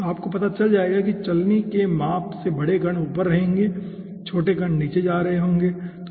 तो आपको पता चल जाएगा कि चलनी के माप से बड़े कण ऊपर रहेंगे और छोटे कण नीचे जा रहे होंगे ठीक है